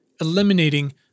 eliminating